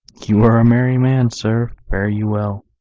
you are a merry man, sir fare you well.